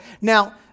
Now